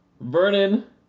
Vernon